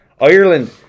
Ireland